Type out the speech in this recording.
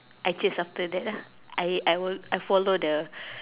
I chase after that lah I I will I follow the